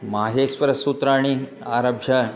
माहेश्वरसूत्राणि आरभ्य